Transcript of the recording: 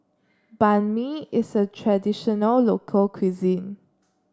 Banh Mi is a traditional local cuisine